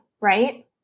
right